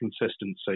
consistency